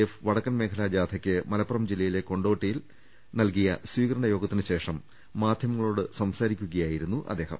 F വടക്കൻ മേ ഖലാ ജാഥയ്ക്ക് മലപ്പുറം ജില്ലയിലെ കൊണ്ടോട്ടിയലെ സ്വീകര ണ യോഗത്തിനു ശേഷം മാധ്യമങ്ങളോട് സംസാരിക്കുകയായിരു ന്നു അദ്ദേഹം